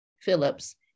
phillips